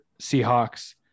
Seahawks